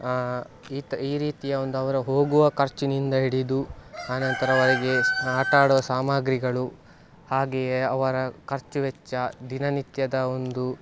ಈ ತ ಈ ರೀತಿಯ ಒಂದು ಅವರ ಹೋಗುವ ಖರ್ಚಿನಿಂದ ಹಿಡಿದು ಆ ನಂತರವಾಗಿ ಆಟ ಆಡುವ ಸಾಮಾಗ್ರಿಗಳು ಹಾಗೆಯೇ ಅವರ ಖರ್ಚು ವೆಚ್ಚ ದಿನ ನಿತ್ಯದ ಒಂದು